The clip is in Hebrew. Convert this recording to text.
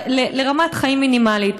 לרמת חיים מינימלית.